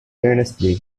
earnestly